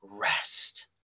rest